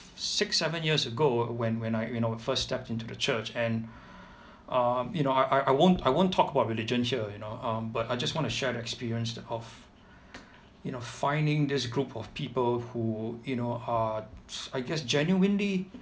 six seven years ago when when I when I you know first stepped into the church and um you know I I I won't I won't talk about religion here you know um but I just wanna share the experience of you know finding this group of people who you know uh I guess genuinely